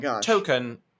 token